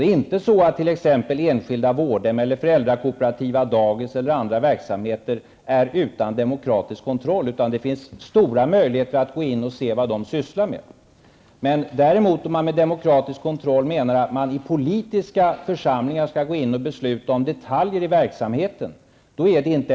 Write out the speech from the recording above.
Det är inte så att t.ex. enskilda vårdhem eller föräldrakooperativa dagis eller andra verksamheter är utan demokratisk kontroll, utan det finns stora möjligheter att gå in och se vad de sysslar med. Om man däremot med demokratisk kontroll menar att politiska församlingar skall besluta om detaljer i verksamheten, är inte det syftet.